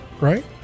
right